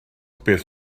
beth